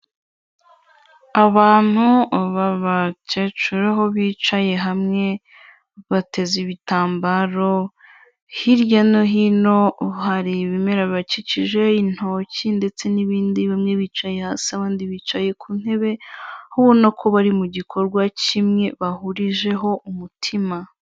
Abantu bab'abakecuru bicaye hamwe bateze ibitambaro, hirya no hino hari ibimera bikikije intoki ndetse n'ibindi bamwe bicaye hasi abandi bicaye ku ntebe, ubona ko bari mu gikorwa kimwe bahurijeho umutima.